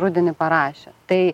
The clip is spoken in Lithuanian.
rudenį parašė tai